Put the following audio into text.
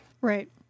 Right